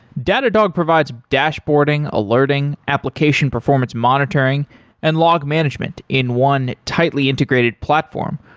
datadog provides dashboarding, alerting, application performance monitoring and log management in one tightly integrated platform,